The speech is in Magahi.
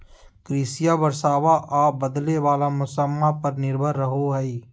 कृषिया बरसाबा आ बदले वाला मौसम्मा पर निर्भर रहो हई